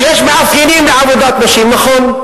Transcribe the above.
ויש מאפיינים לעבודת נשים, נכון.